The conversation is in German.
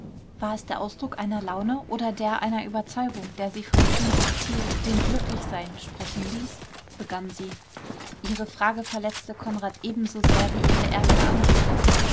war es der ausdruck einer laune oder der einer überzeugung der sie vom schönsten ziel dem glücklichsein sprechen ließ begann sie ihre frage verletzte konrad ebensosehr wie ihre erste anrede